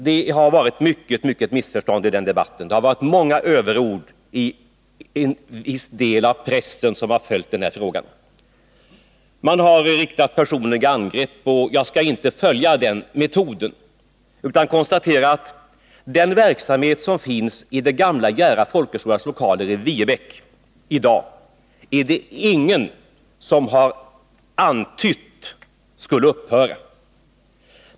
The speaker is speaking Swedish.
Det har varit många missförstånd i den debatten, och det har varit många överord i en viss del av pressen som har följt frågan. Det har riktats personliga angrepp, men jag skallinte följa den metoden utan konstatera att den verksamhet som i dag finns i den gamla Jära folkhögskolas lokaler i Viebäck är det ingen som har föreslagit skall upphöra.